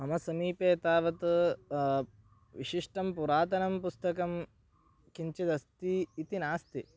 मम समीपे तावत् विशिष्टं पुरातनं पुस्तकं किञ्चिदस्ति इति नास्ति